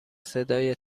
صدای